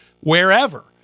wherever